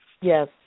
Yes